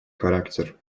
характер